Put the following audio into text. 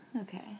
Okay